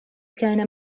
كان